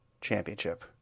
championship